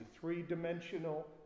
three-dimensional